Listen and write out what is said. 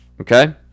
Okay